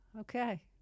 Okay